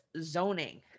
zoning